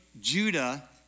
Judah